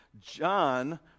John